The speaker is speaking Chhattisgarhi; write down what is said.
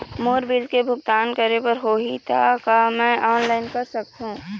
मोर बिल के भुगतान करे बर होही ता का मैं ऑनलाइन कर सकथों?